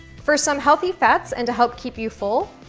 for some healthy fats and to help keep you full,